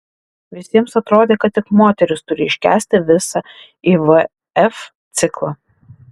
visiems atrodė kad tik moteris turi iškęsti visą ivf ciklą